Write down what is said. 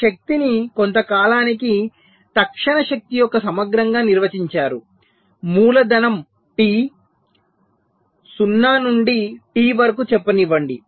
ఈ శక్తిని కొంత కాలానికి తక్షణ శక్తి యొక్క సమగ్రంగా నిర్వచించారు మూలధనం T 0 నుండి T వరకు చెప్పనివ్వండి